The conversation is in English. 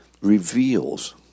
reveals